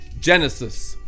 genesis